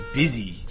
busy